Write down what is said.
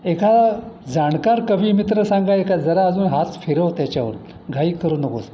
एका जाणकार कवी मित्र सांगा एका जरा अजून हात फिरव त्याच्यावर घाई करून नकोस